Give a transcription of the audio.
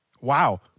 Wow